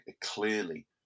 clearly